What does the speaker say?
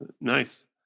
Nice